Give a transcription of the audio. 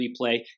replay